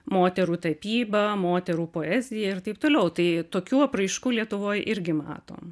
moterų tapybą moterų poezija ir taip toliau tai tokių apraiškų lietuvoj irgi matom